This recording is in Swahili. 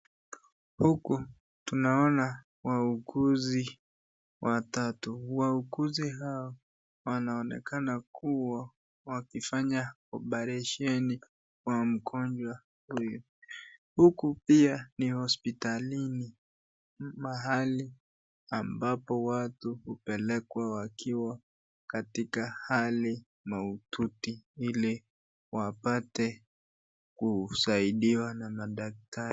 Huku tunaona wauguzi watatu, wauguzi hao wanaonekana kuwa wakifanya oparesheni kwa mgonjwa huyu, huku pia ni hospitalini, mahali ambapo watu upelekwa wakiwa katika hali maututi ili wapate kusaidiwa na madaktari.